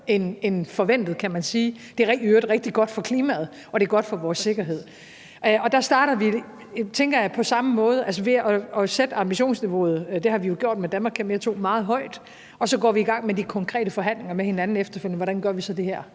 end forventet, kan man sige. Det er i øvrigt rigtig godt for klimaet, og det er godt for vores sikkerhed. Og der starter vi, tænker jeg, på samme måde, altså ved at sætte ambitionsniveauet – det har vi jo gjort med »Danmark kan mere II« – meget højt, og så går vi efterfølgende i gang med de konkrete forhandlinger med hinanden om, hvordan vi så præcis